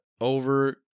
over